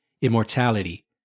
immortality